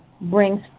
brings